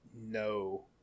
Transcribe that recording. No